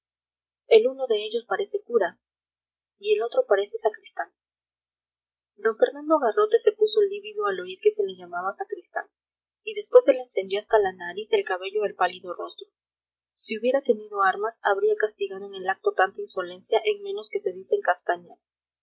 el uno de ellos parece cura y el otro parece sacristán d fernando garrote se puso lívido al oír que se le llamaba sacristán y después se le encendió hasta la raíz del cabello el pálido rostro si hubiera tenido armas habría castigado en el acto tanta insolencia en menos que se dicen castañas